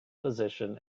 physician